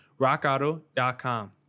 Rockauto.com